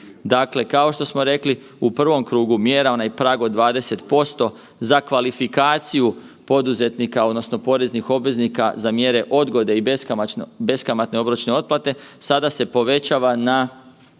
Dakle, kao što smo rekli, u prvom krugu mjera onaj prag od 20% za kvalifikaciju poduzetnika odnosno poreznih obveznika za mjere odgode i beskamatne obročne otplate sada se povećava na